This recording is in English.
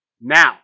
Now